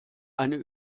eine